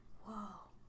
Whoa